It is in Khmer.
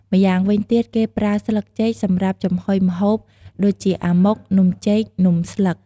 ម្យ៉ាងវិញទៀតគេប្រើស្លឹកចេកសម្រាប់ចំហុយម្ហូប ដូចជា អាម៉ុក, នំចេក, នំស្លឹក។